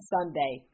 Sunday